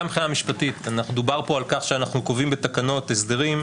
גם מבחינה משפטית אנחנו דובר פה על כך שאנחנו קובעים בתקנות הסדרים,